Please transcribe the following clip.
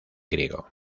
griego